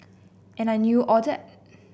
and I knew all that